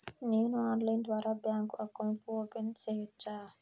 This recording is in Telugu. నేను ఆన్లైన్ ద్వారా బ్యాంకు అకౌంట్ ఓపెన్ సేయొచ్చా?